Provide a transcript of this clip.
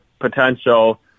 potential